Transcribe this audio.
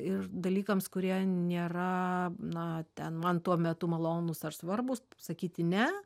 ir dalykams kurie nėra na ten man tuo metu malonūs ar svarbūs sakyti ne